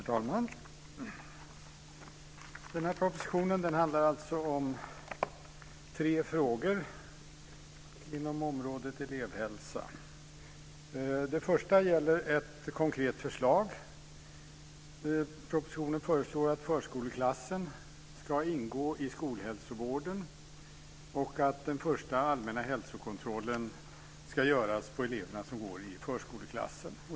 Herr talman! Den proposition vi nu debatterar handlar om tre frågor inom området elevhälsa. Den första gäller ett konkret förslag. I propositionen föreslås att förskoleklassen ska ingå i skolhälsovården, och att den första allmänna hälsokontrollen ska göras på de elever som går i förskoleklassen.